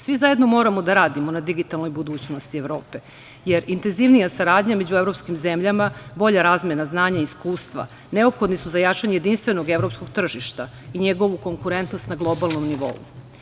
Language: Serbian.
Svi zajedno moramo da radimo na digitalnoj budućnosti Evrope, jer intenzivnija saradnja među evropskim zemljama, bolja razmena znanja i iskustva neophodni su za jačanje jedinstvenog evropskog tržišta i njegovu konkurentnost na globalnom nivou.